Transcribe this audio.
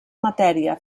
matèria